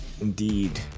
Indeed